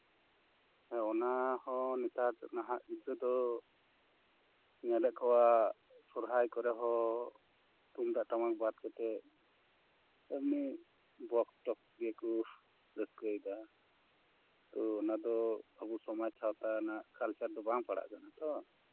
ᱚᱱᱟ ᱦᱚᱸ ᱱᱮᱛᱟᱨ ᱱᱟᱦᱟᱜ ᱜᱤᱫᱽᱨᱟᱹ ᱫᱚ ᱧᱮᱞᱮᱫ ᱠᱚᱣᱟ ᱥᱚᱨᱦᱟᱭ ᱠᱚᱨᱮ ᱦᱚᱸ ᱛᱩᱢᱫᱟᱜ ᱴᱟᱢᱟᱠ ᱵᱟᱫ ᱠᱟᱛᱮ ᱮᱢᱱᱤ ᱵᱚᱠᱥᱼᱴᱚᱠᱥ ᱜᱮᱠᱚ ᱨᱟᱹᱥᱠᱟᱹᱭᱮᱫᱟ ᱛᱚ ᱚᱱᱟᱫᱚ ᱟᱵᱚᱣᱟᱜ ᱥᱚᱢᱟᱡ ᱥᱟᱶᱛᱟ ᱨᱮᱱᱟᱜ ᱠᱟᱞᱪᱟᱨ ᱫᱚ ᱵᱟᱝ ᱯᱟᱲᱟᱜ ᱠᱟᱱᱟ ᱛᱚ